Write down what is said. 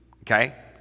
okay